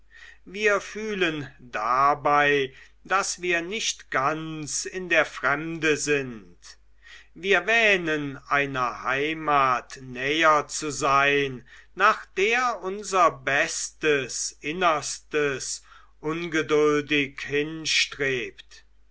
wir fühlen dabei daß wir nicht ganz in der fremde sind wir wähnen einer heimat näher zu sein nach der unser bestes innerstes ungeduldig hinstrebt